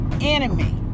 enemy